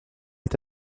est